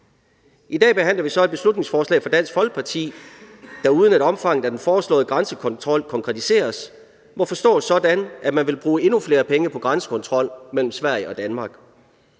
I dag behandler vi så et beslutningsforslag fra Dansk Folkeparti, der, uden at omfanget af den foreslåede grænsekontrol konkretiseres, må forstås sådan, at man vil bruge endnu flere penge på grænsekontrol mellem Sverige og Danmark.